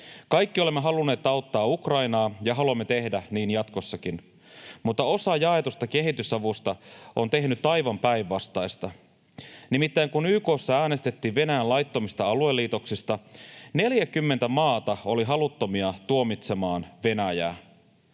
Kaikki olemme halunneet auttaa Ukrainaa, ja haluamme tehdä niin jatkossakin, mutta osa jaetusta kehitysavusta on tehnyt aivan päinvastaista. Nimittäin, kun YK:ssa äänestettiin Venäjän laittomista alueliitoksista, 40 maata oli haluttomia tuomitsemaan Venäjää.